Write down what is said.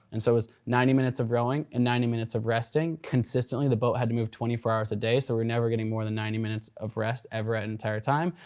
and so it was ninety minutes of rowing and ninety minutes of resting. consistently the boat had to move twenty four hours a day, so we were never getting more than ninety minutes of rest ever at an entire time.